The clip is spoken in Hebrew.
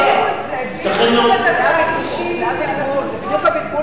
אבל העבירו את זה בדקה התשעים לסל התרופות מהחיסונים.